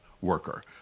worker